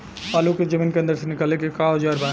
आलू को जमीन के अंदर से निकाले के का औजार बा?